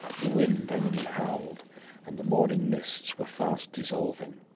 the wind only howled and the morning mists were fast dissolving.